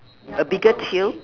a bigger tail